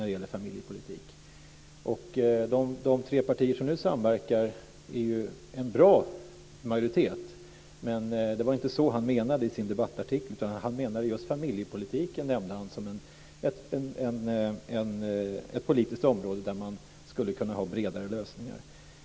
De tre partier som nu samverkar är en bra majoritet. Men det var inte så Göran Persson menade i sin debattartikel, utan han avsåg just familjepolitiken. Han nämnde den som ett politiskt område där man skulle kunna ha bredare lösningar.